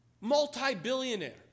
Multi-billionaire